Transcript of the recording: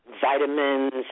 vitamins